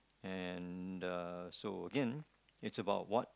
and the so again is about what